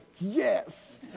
Yes